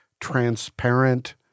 transparent